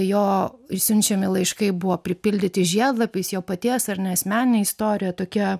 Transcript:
jo išsiunčiami laiškai buvo pripildyti žiedlapiais jo paties ar ne asmenine istorija tokia